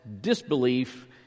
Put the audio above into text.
disbelief